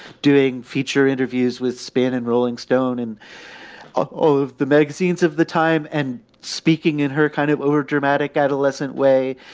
doing feature interviews with spirit and rolling stone and all ah over the magazines of the time and speaking in her kind of overdramatic adolescent way.